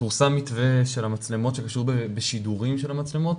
פורסם מתווה של מצלמות שקשור בשידורים של מצלמות,